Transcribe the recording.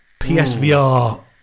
psvr